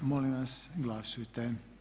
Molim vas glasujte.